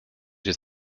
his